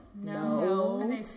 No